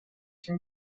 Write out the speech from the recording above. from